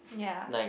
ya